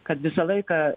kad visą laiką